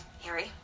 Harry